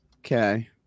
Okay